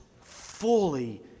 fully